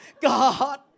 God